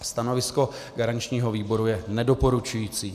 Stanovisko garančního výboru je nedoporučující.